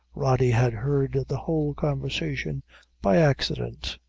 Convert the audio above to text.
rody had heard the whole conversation by accident,